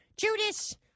Judas